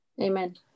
Amen